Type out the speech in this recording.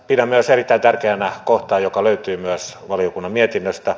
pidän myös erittäin tärkeänä kohtaa joka löytyy myös valiokunnan mietinnöstä